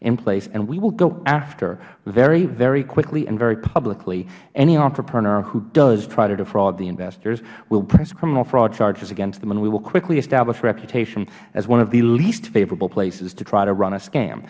in place and we will go after very very quickly and very publicly any entrepreneur who does try to defraud the investors we will press criminal fraud charges against them and we will quickly establish reputation as one of the least favorable places to try to run a scam